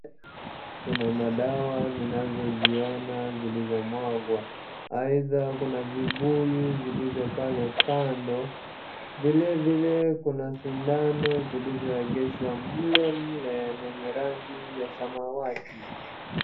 Kuna madawa ninazosiona, silizomwagwa. Aitha, kuna vibuyu zilizo pale kando, vavilevile kuna sindano zilisoegezwa mlemle, senye rangi ya samawati.